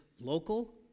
local